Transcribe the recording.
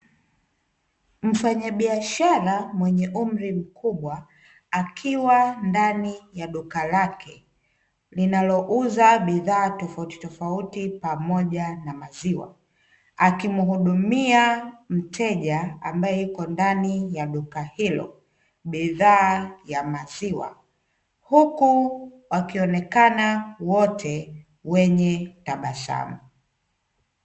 Mfanyabiashara mwenye umri mkubwa akiwa ndani ya duka lake, linalouza bidhaa tofautitofauti pamoja na maziwa, akimuhudumia mteja ambaye yuko ndani ya duka hilo, bidhaa ya maziwa huku akionekana wote wenye tabasamu.